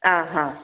ആ ആ